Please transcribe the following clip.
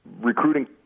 recruiting